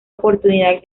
oportunidad